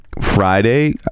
Friday